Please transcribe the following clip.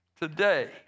today